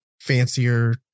fancier